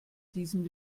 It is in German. diesem